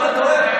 אתה טועה,